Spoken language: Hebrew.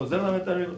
חוזר מבית העלמין,